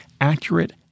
accurate